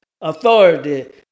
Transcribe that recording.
authority